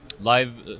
live